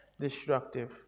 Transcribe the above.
destructive